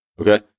Okay